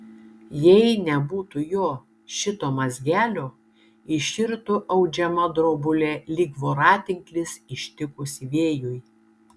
jei nebūtų jo šito mazgelio iširtų audžiama drobulė lyg voratinklis ištikus vėjui